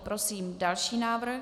Prosím o další návrh.